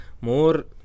more